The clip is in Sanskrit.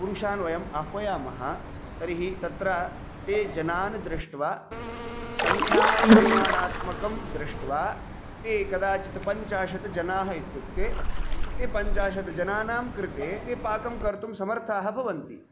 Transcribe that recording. पुरुषान् वयम् आह्वयामः तर्हि तत्र ते जनान् दृष्ट्वा सङ्ख्यापरिमाणात्मकं दृष्ट्वा ते कदाचित् पञ्चाशत् जनाः इत्युक्ते ते पञ्चाशत् जनानां कृते ते पाकं कर्तुं समर्थाः भवन्ति